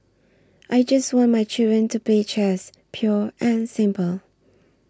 I just want my children to play chess pure and simple